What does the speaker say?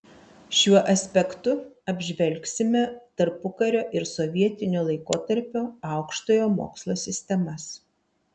šiuo aspektu apžvelgsime tarpukario ir sovietinio laikotarpio aukštojo mokslo sistemas